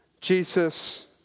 Jesus